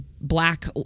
black